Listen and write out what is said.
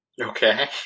Okay